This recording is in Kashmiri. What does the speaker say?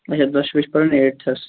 اچھا دۄشوٕے چھِ پران ایٚٹتھس